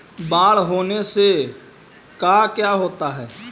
बाढ़ होने से का क्या होता है?